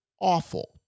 awful